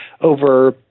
over